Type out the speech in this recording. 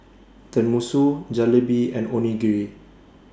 Tenmusu Jalebi and Onigiri